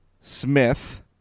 Smith